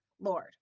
Lord